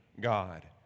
God